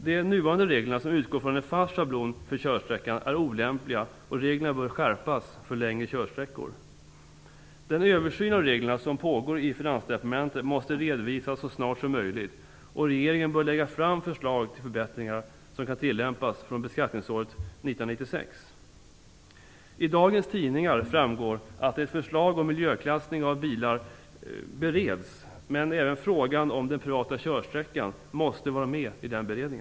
De nuvarande reglerna, som utgår från en fast schablon för körsträckan, är olämpliga, och reglerna bör skärpas för längre körsträckor. Den översyn av reglerna som pågår i Finansdepartementet måste redovisas så snart som möjligt, och regeringen bör lägga fram förslag till förbättringar som kan tillämpas fr.o.m. beskattningsåret 1996. I dagens tidningar framgår att ett förslag miljöklassning av bilar bereds, men även frågan om den privata körsträckan måste vara med i denna beredning.